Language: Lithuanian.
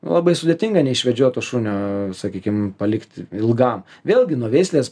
labai sudėtinga neišvedžioto šunio sakykime palikti ilgam vėlgi nuo veislės